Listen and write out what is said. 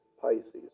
Pisces